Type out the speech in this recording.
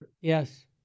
Yes